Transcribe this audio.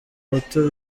abahutu